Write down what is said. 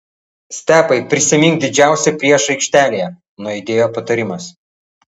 stepai prisimink didžiausią priešą aikštelėje nuaidėjo patarimas